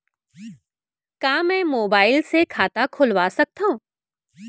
का मैं मोबाइल से खाता खोलवा सकथव?